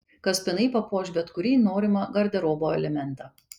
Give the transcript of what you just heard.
kaspinai papuoš bet kurį norimą garderobo elementą